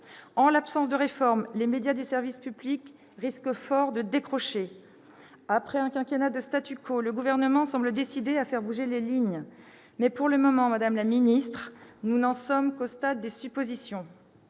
En l'absence de réforme, les médias du service public risquent fort de décrocher. Après un quinquennat de, le Gouvernement semble décidé à faire bouger les lignes, mais pour le moment, madame la ministre, nous n'en sommes qu'au stade des suppositions.